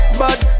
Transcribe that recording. bad